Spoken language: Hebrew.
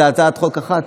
זאת הצעת חוק אחת.